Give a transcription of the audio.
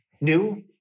new